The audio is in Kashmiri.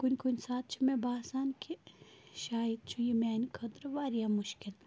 کُنہِ کُنہِ ساتہٕ چھِ مےٚ باسان کہِ شایَد چھُ یہِ میٛانہِ خٲطرٕ واریاہ مُشکل